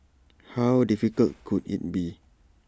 how difficult could IT be